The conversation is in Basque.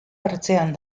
ertzean